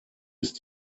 ist